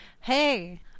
Hey